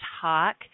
talk